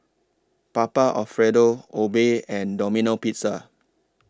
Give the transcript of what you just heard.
Papa Alfredo Obey and Domino Pizza